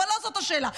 אבל לא זאת השאלה.